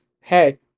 hey